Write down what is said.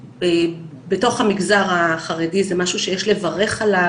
בתוך המגזר החרדי, זה משהו שיש לברך עליו,